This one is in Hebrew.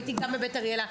הייתי גם בבית אריאלה,